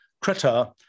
critter